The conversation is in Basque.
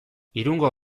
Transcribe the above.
irungo